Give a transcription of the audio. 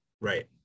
right